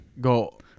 go